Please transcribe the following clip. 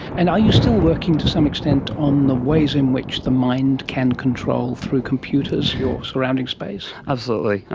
and are you still working to some extent on the ways in which the mind can control through computers your surrounding space? absolutely.